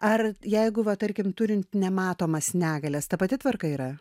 ar jeigu va tarkim turint nematomas negalias ta pati tvarka yra